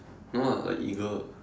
no lah like eagle